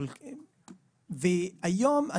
היום,